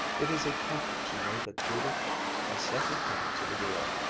it is a comfort to know that judith has set her hand to the wheel.